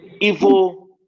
evil